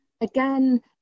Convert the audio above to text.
again